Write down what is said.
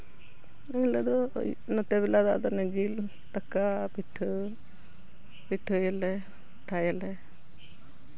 ᱩᱱᱦᱤᱞᱟᱹᱜ ᱧᱤᱫᱟᱹ ᱵᱮᱞᱟ ᱫᱚ ᱟᱫᱚ ᱚᱱᱮ ᱡᱤᱞ ᱫᱟᱠᱟ ᱯᱤᱴᱷᱟᱹ ᱯᱤᱴᱷᱟᱹᱭᱟᱞᱮ ᱞᱟᱴᱷᱟᱭᱟᱞᱮ